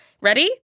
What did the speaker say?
Ready